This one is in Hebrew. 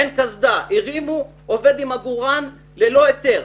אין קסדה, הרימו עובד עם עגורן ללא היתר,